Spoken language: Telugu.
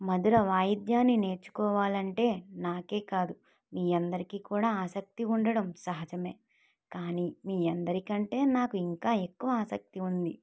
మధుర వాయిద్యాన్ని నేర్చుకోవాలంటే నాకే కాదు మీ అందరికీ కూడా ఆసక్తి ఉండడం సహజం కానీ మీ అందరికంటే నాకు ఇంకా ఎక్కువ ఆసక్తి ఉంది